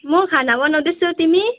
म खाना बनाउँदैछु तिमी